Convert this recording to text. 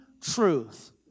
truth